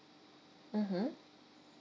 mmhmm